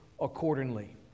accordingly